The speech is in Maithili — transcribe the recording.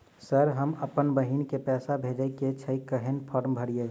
सर हम अप्पन बहिन केँ पैसा भेजय केँ छै कहैन फार्म भरीय?